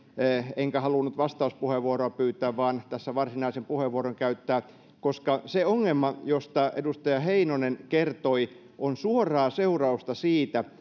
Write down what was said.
enkä halunnut vastauspuheenvuoroa pyytää vaan tässä varsinaisen puheenvuoron käyttää koska se ongelma josta edustaja heinonen kertoi on suoraa seurausta siitä